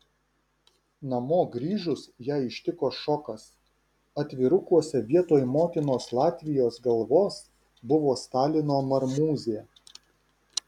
namo grįžus ją ištiko šokas atvirukuose vietoj motinos latvijos galvos buvo stalino marmūzė